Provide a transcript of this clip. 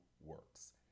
works